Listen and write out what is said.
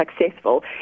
successful